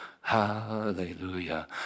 hallelujah